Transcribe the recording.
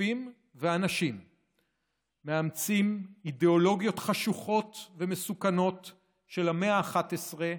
גופים ואנשים מאמצים אידיאולוגיות חשוכות ומסוכנות של המאה ה-11,